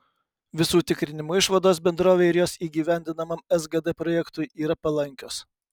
visų tikrinimų išvados bendrovei ir jos įgyvendinamam sgd projektui yra palankios